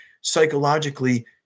psychologically